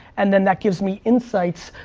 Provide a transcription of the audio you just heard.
and then that gives me insights.